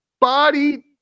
body